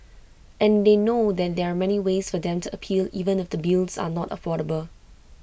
and they know there are many ways for them to appeal even if the bills are not affordable